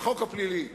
החוק הפלילי.